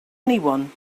anyone